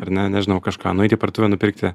ar ne nežinau kažką nueit į parduotuvę nupirkti